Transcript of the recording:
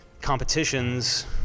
competitions